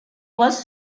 was